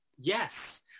Yes